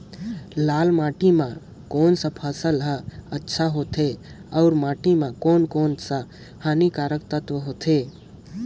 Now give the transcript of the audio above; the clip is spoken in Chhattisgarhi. लाल माटी मां कोन सा फसल ह अच्छा होथे अउर माटी म कोन कोन स हानिकारक तत्व होथे?